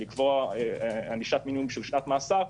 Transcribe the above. לקבוע ענישת מינימום של שנת מאסר,